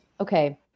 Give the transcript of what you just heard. okay